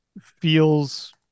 feels